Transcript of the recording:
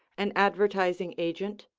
an advertising agent,